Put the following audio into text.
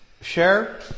share